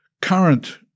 current